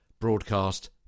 broadcast